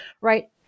right